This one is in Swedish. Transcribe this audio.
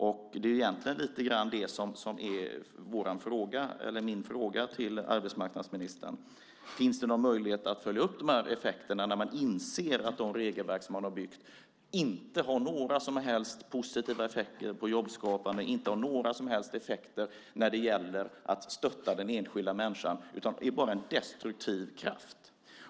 Det är egentligen lite grann det som är min fråga till arbetsmarknadsministern. Finns det någon möjlighet att följa upp effekterna när man inser att de regelverk som man har byggt inte har några som helst positiva effekter på jobbskapande eller några som helst effekter när det gäller att stötta den enskilda människan utan bara är en destruktiv kraft?